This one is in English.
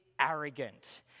arrogant